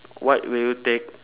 what will you take